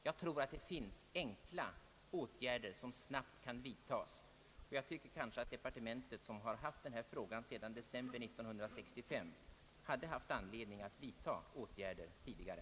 Jag tror att det finns enkla åtgärder som snabbt kan vidtagas, och jag tyc ker att departementet — som behandlat denna fråga sedan december 1965 — hade haft anledning att vidtaga åtgärder tidigare.